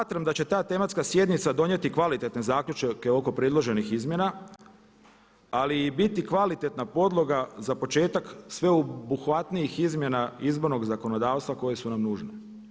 Smatram da će ta tematska sjednica donijeti kvalitetne zaključke oko predloženih izmjena ali i biti kvalitetna podloga za početak sveobuhvatnijih izmjena izbornog zakonodavstva koje su nam nužne.